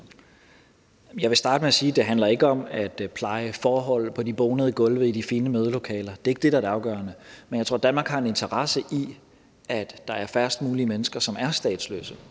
jeg vil starte med at sige, at det ikke handler om at pleje forhold på de bonede gulve i de fine mødelokaler – det er ikke det, der er det afgørende. Men jeg tror, at Danmark har en interesse i, at der er færrest mulige mennesker, som er statsløse.